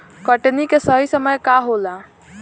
कटनी के सही समय का होला?